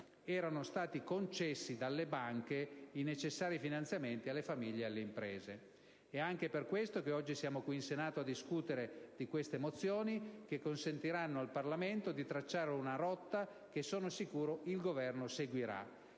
erano stati concessi dalle banche i necessari finanziamenti alle famiglie e alle imprese. È anche per questo che oggi siamo qui in Senato a discutere di queste mozioni, che consentiranno al Parlamento di tracciare una rotta che, sono sicuro, il Governo seguirà.